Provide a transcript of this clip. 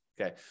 okay